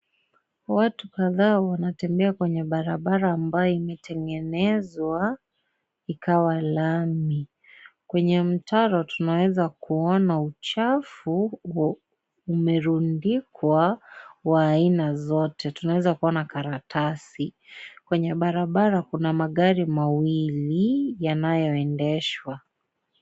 Watu kadhaa wanatembea kwenye barabara ambayo imetengenezwa ikawa lami. Kwenye mtaro tunaeza kuona uchafu umerundikwa wa aina zote. Tunaeza kuona karatasi, kwenye barabara tunaona magari mawili yanayoendeshwa